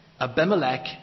Abimelech